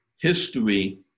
history